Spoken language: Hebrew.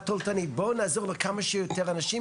התועלתנית: בואו נעזור לכמה שיותר אנשים,